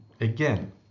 again